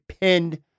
pinned